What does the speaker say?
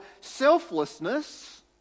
selflessness